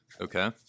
Okay